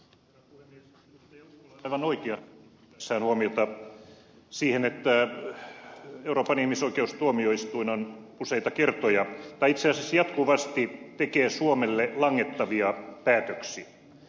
ukkola on aivan oikeassa kiinnittäessään huomiota siihen että euroopan ihmisoikeustuomioistuin on useita kertoja tehnyt tai itse asiassa jatkuvasti tekee suomelle langettavia päätöksiä